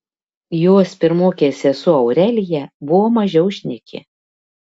jos pirmokė sesuo aurelija buvo mažiau šneki